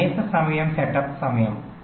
ఇది కనీస సమయం సెటప్ సమయం